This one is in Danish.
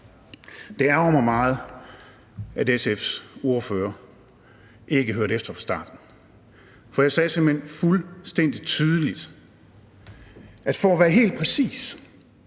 meget, at SF's ordfører ikke hørte efter fra starten, for jeg sagde simpelt hen fuldstændig tydeligt, at for at være helt præcis